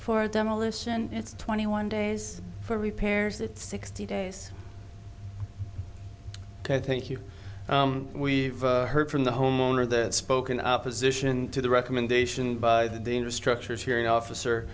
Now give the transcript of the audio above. for demolition it's twenty one days for repairs it's sixty days i think you we've heard from the homeowner that spoken opposition to the recommendation by the dean restructures hearing officer